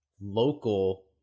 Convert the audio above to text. local